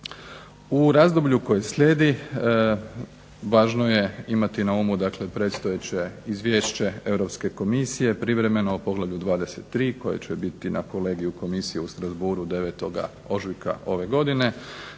U razdoblju koje slijedi važno je imati na umu predstojeće Izvješće Europske komisije privremeno o poglavlju 23. koje će biti na Kolegiju Komisije u Strasbourghu 9. ožujka ove godine